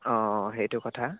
অঁ অঁ সেইটো কথা